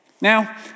Now